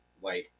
white